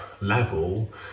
level